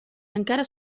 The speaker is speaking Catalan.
encara